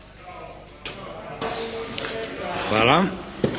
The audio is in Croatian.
Hvala.